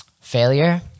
failure